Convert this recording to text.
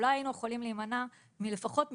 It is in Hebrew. אין לך באמת כלים להתמודד עם זה, זאת האמת.